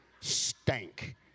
stank